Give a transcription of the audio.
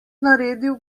naredil